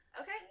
Okay